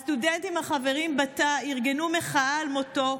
הסטודנטים החברים בתא ארגנו מחאה על מותו,